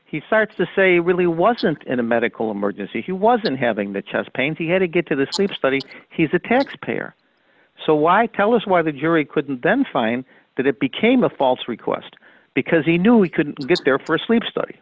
he starts to say really wasn't in a medical emergency he wasn't having the chest pains he had to get to the sleep study he's a taxpayer so why tell us why the jury couldn't then find that it became a false request because he knew we couldn't get there st sleep study